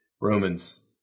Romans